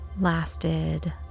lasted